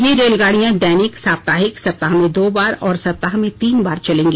ये रेलगाड़ियां दैनिक साप्ताहिक सप्ताह में दो बार और सप्ताह में तीन बार चलेंगी